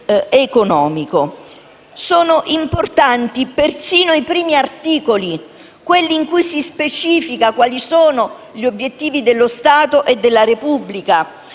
Sono importanti persino i primi articoli, quelli in cui si specifica quali sono gli obiettivi dello Stato e della Repubblica,